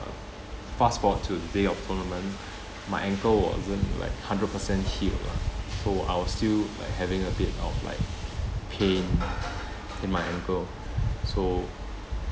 fast forward to the day of tournament my ankle wasn't like hundred percent healed lah so I was still like having a bit of like pain in my ankle so